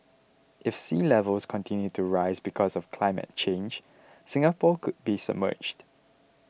if sea levels continue to rise because of climate change Singapore could be submerged